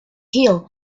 hill